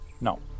No